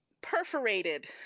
perforated